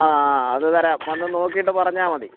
ആ അത് തരാം വന്ന് നോക്കിയിട്ട് പറഞ്ഞാൽ മതി